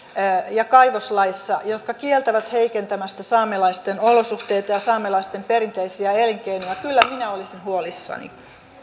ja kaivoslaissa jotka kieltävät heikentämästä saamelaisten olosuhteita ja ja saamelaisten perinteisiä elinkeinoja niin kyllä minä olisin huolissani